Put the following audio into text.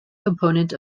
component